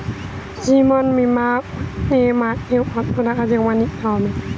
জীবন বিমা করতে মাসে কতো টাকা জমা দিতে হয়?